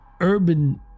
urban